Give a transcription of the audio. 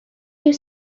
you